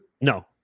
No